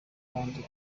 kandi